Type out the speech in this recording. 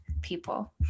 people